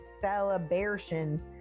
celebration